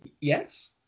yes